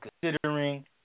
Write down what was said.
considering